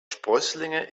sprösslinge